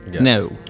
No